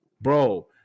bro